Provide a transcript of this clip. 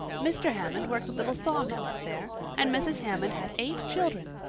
mr. hammond worked a little sawmill up there, and mrs. hammond had eight children.